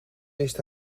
wist